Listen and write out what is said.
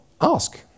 ask